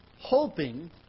Hoping